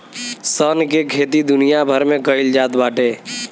सन के खेती दुनिया भर में कईल जात बाटे